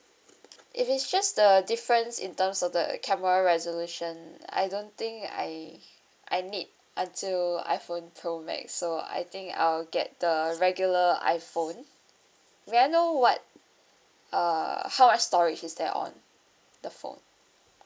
if it's just the difference in terms of the camera resolution I don't think I I need until iphone pro max so I think I'll get the regular iphone may I know what uh how much storage is there on the phone